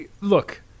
look